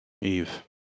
Eve